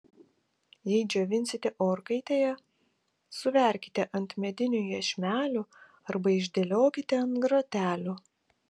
jei džiovinsite orkaitėje suverkite ant medinių iešmelių arba išdėliokite ant grotelių